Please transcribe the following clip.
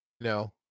no